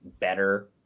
better